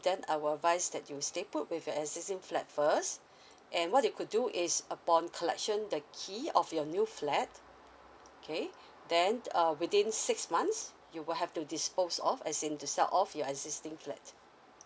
then I will advise that you stay put with your existing flat first and what you could do is upon collection the key of your new flat okay then uh within six months you will have to dispose off as in to sell off your existing flat